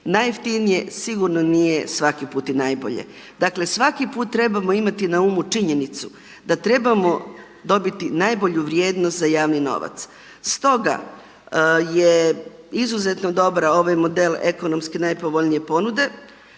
Najjeftinije sigurno nije svaki put i najbolje. Dakle svaki put trebamo imati na umu činjenicu da trebamo dobiti najbolju vrijednost za javni novac. Stoga je izuzetno dobar ovaj model ekonomski najpovoljnije ponude.